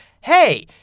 Hey